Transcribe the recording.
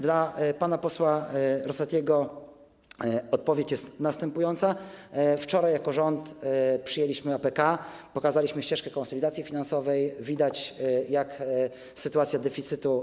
Dla pana posła Rosatiego odpowiedź jest następująca: wczoraj jako rząd przyjęliśmy APK, pokazaliśmy ścieżkę konsolidacji finansowej, widać, jak wygląda sytuacja odnośnie do deficytu.